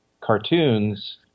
cartoons